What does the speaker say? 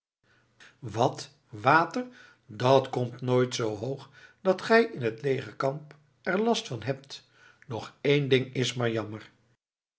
wat water dat komt nooit zoo hoog dat gij in het legerkamp er last van hebt doch één ding is maar jammer